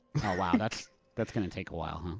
wow, that's that's gonna take a while, huh?